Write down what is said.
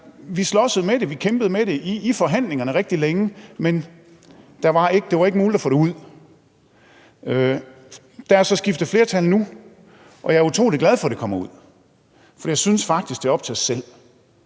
dårlig idé. Og vi kæmpede med det i forhandlingerne rigtig længe, men det var ikke muligt at få det ud. Der er så skiftet flertal nu, og jeg er utrolig glad for, at det kommer ud. For jeg synes faktisk, det er op til os selv